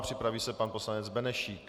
Připraví se pan poslanec Benešík.